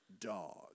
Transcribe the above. dog